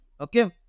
Okay